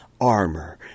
armor